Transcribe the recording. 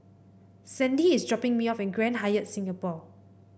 Sandie is dropping me off at Grand Hyatt Singapore